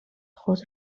خود